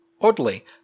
Oddly